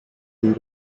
and